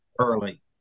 early